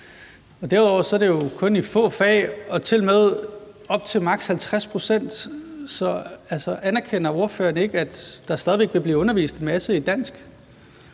derudover er det jo kun i få fag og tilmed op til maks. 50 pct. Så anerkender ordføreren ikke, at der stadig væk vil blive undervist en masse på dansk?